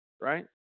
right